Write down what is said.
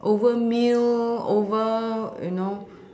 over meal over you know